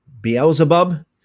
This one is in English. Beelzebub